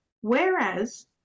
Whereas